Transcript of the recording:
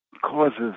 causes